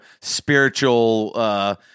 spiritual